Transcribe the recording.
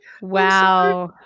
Wow